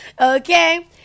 Okay